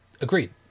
Agreed